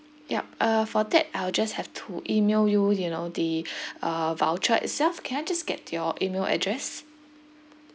yup uh for that I'll just have to email you you know the uh voucher itself can I just get your email address